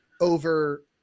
over